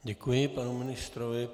Děkuji panu ministrovi.